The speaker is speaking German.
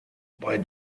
bei